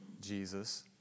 Jesus